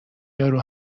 یارو